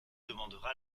demandera